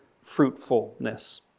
fruitfulness